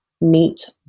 meet